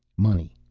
money,